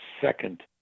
second